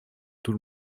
tout